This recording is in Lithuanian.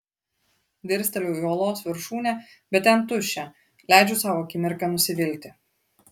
dirsteliu į uolos viršūnę bet ten tuščia leidžiu sau akimirką nusivilti